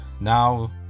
now